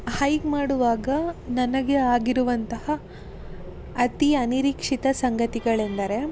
hike ಮಾಡುವಾಗ ನನಗೆ ಆಗಿರುವಂತಹ ಅತಿ ಅನಿರೀಕ್ಷಿತ ಸಂಗತಿಗಳೆಂದರೆ